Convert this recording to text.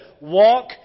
walk